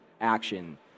action